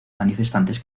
manifestantes